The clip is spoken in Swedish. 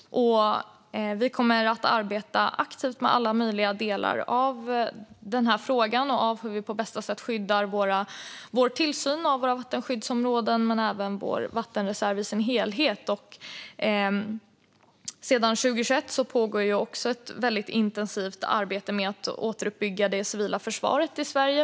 Vi kommer att arbeta aktivt med alla möjliga delar av den här frågan och med hur vi på bästa sätt skyddar vår tillsyn av våra vattenskyddsområden men även vår vattenreserv som helhet. Sedan 2021 pågår också ett intensivt arbete med att återuppbygga det civila försvaret i Sverige.